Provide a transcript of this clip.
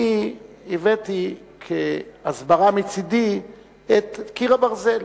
אני הבאתי כהסברה מצדי את "קיר הברזל".